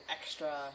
extra